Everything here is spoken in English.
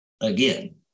again